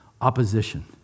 opposition